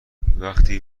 وقتی